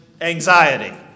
anxiety